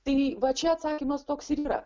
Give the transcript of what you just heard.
tai va čia atsakymas toks ir yra